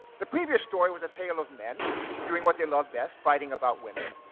the previous story was a tale of men doing what they loved best, fighting about women.